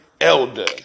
elder